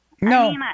No